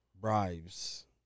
Bribes